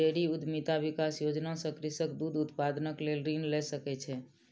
dairy उद्यमिता विकास योजना सॅ कृषक दूध उत्पादनक लेल ऋण लय सकै छै